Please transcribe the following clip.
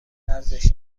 ارزش